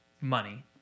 money